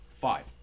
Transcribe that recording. Five